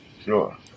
sure